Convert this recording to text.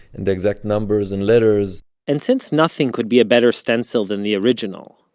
and the exact numbers and letters and since nothing could be a better stencil than the original,